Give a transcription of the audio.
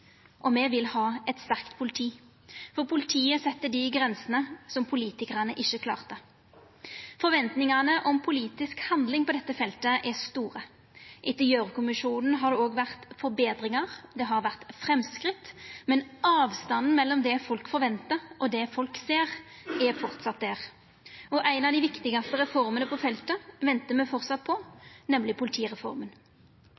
Og me vil ha eit sterkt politi, for politiet set dei grensene som politikarane ikkje klarte. Forventningane om politisk handling på dette feltet er store. Etter Gjørv-kommisjonen har det vore betringar, det har vore framsteg, men avstanden mellom det folk forventar, og det folk ser, er framleis der. Ei av dei viktigaste reformene på feltet ventar me